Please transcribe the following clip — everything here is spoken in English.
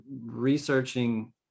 researching